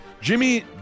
Jimmy